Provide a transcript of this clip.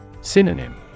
Synonym